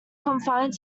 confined